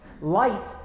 Light